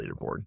leaderboard